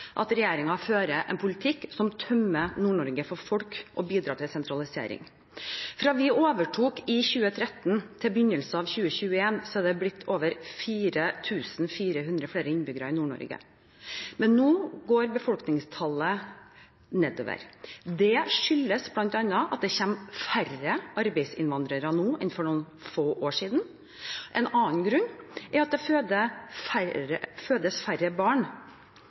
at regjeringen fører en politikk som tømmer Nord-Norge for folk og bidrar til sentralisering. Fra vi overtok i 2013 til begynnelsen av 2021 har det blitt over 4 400 flere innbyggere i Nord-Norge. Men nå går befolkningstallet nedover. Det skyldes bl.a. at det kommer færre arbeidsinnvandrere nå enn for noen få år siden. En annen grunn er at det fødes færre